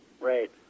Right